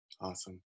Awesome